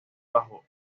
bajo